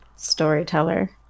Storyteller